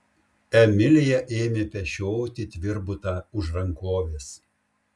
emilija ėmė pešioti tvirbutą už rankovės